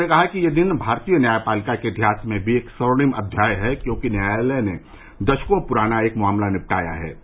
उन्होंने कहा कि यह दिन भारतीय न्यायपालिका के इतिहास में भी एक स्वर्णिम अध्याय है क्योंकि न्यायालय ने दशकों पुराना एक मामला निपटाया है